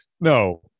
No